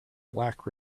black